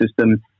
system